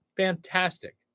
fantastic